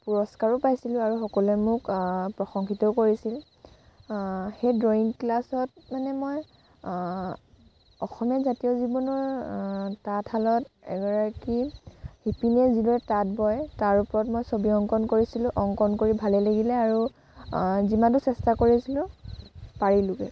পুৰস্কাৰো পাইছিলোঁ আৰু সকলোৱে মোক প্ৰশংসিতও কৰিছিল সেই ড্ৰয়িং ক্লাছত মানে মই অসমীয়া জাতীয় জীৱনৰ তাঁতশালত এগৰাকী শিপিনীয়ে যিদৰে তাঁত বয় তাৰ ওপৰত মই ছবি অংকন কৰিছিলোঁ অংকণ কৰি ভালেই লাগিলে আৰু যিমানটো চেষ্টা কৰিছিলোঁ পাৰিলোঁগৈ